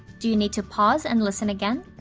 do you need to pause and listen again?